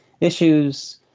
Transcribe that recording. issues